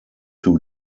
two